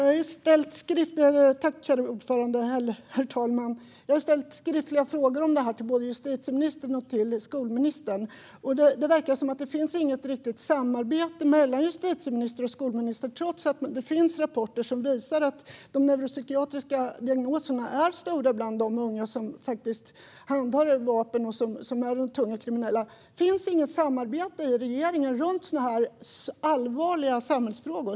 Herr talman! Jag har ställt skriftliga frågor om detta till både justitieministern och skolministern. Det verkar som att det inte finns något riktigt samarbete mellan justitieministern och skolministern trots att det finns rapporter som visar att de neuropsykiatriska diagnoserna är många bland de unga som handhar vapen och är tungt kriminella. Finns det inget samarbete i regeringen om sådana här allvarliga samhällsfrågor?